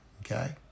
okay